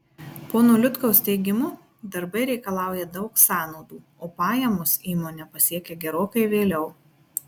pono liutkaus teigimu darbai reikalauja daug sąnaudų o pajamos įmonę pasiekia gerokai vėliau